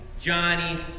Johnny